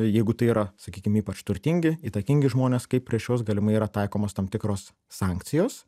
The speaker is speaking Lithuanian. jeigu tai yra sakykim ypač turtingi įtakingi žmonės kaip prieš juos galimai yra taikomos tam tikros sankcijos